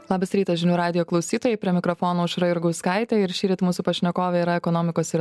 labas rytas žinių radijo klausytojai prie mikrofono aušra jurgauskaitė ir šįryt mūsų pašnekovė yra ekonomikos ir